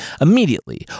Immediately